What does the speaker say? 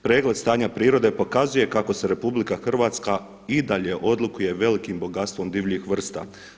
Pregled stanja prirode pokazuje kako se RH i dalje odlikuje velikim bogatstvom divljih vrsta.